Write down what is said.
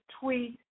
tweet